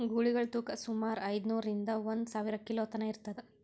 ಗೂಳಿಗಳ್ ತೂಕಾ ಸುಮಾರ್ ಐದ್ನೂರಿಂದಾ ಒಂದ್ ಸಾವಿರ ಕಿಲೋ ತನಾ ಇರ್ತದ್